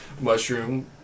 mushroom